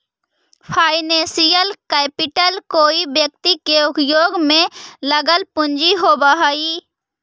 financial capital कोई व्यक्ति के उद्योग में लगल पूंजी होवऽ हई